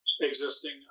Existing